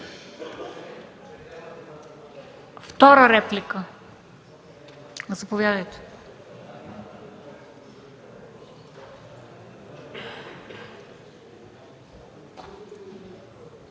Втора реплика? Заповядайте,